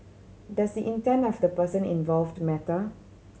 does the intent of the person involved matter